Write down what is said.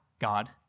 God